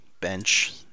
bench